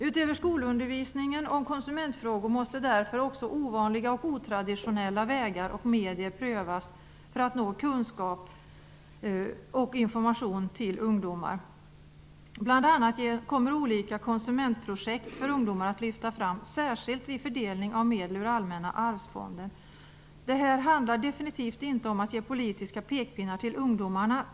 Utöver skolundervisningen om konsumentfrågor måste därför också ovanliga och otraditionella vägar och medier prövas för att nå ut med kunskap och information till ungdomar. Bl.a. kommer olika konsumentprojekt för ungdomar att lyftas fram, särskilt vid fördelning av medel ur Allmänna arvsfonden. Det här handlar definitivt inte om att ge politiska pekpinnar till ungdomarna.